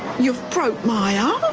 you've broke my ah